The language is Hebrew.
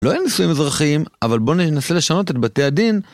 לא, אין נישואין אזרחיים, אבל בוא ננסה לשנות את בתי הדין.